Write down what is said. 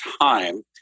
time